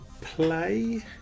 play